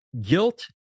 Guilt